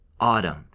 autumn